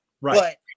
right